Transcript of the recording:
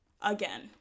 again